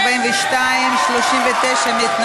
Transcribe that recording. בירן ירדה, היא כבר הבינה מה המשמעות.